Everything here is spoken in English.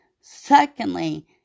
Secondly